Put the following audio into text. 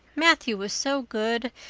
matthew was so good.